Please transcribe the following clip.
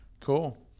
Cool